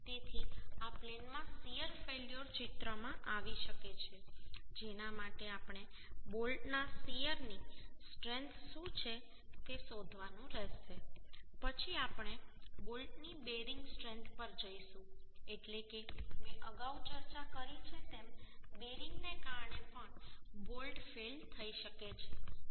તેથી આ પ્લેનમાં શીયર ફેલ્યોર ચિત્રમાં આવી શકે છે જેના માટે આપણે બોલ્ટના શીયરની સ્ટ્રેન્થ શું છે તે શોધવાનું રહેશે પછી આપણે બોલ્ટની બેરિંગ સ્ટ્રેન્થ પર જઈશું એટલે કે મેં અગાઉ ચર્ચા કરી છે તેમ બેરિંગને કારણે પણ બોલ્ટ ફેઈલ થઈ શકે છે